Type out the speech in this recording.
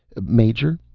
major,